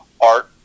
art